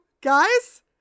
guys